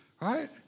Right